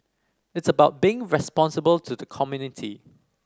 it's about being responsible to the community